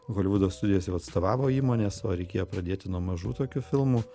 holivudo studijos jau atstovavo įmones o reikėjo pradėti nuo mažų tokių filmų